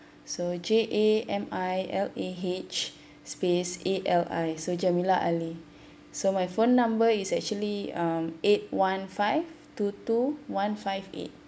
so J_A_M_I_L_A_H space A_L_I so jamilah ali so my phone number is actually um eight one five two two one five eight